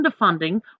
underfunding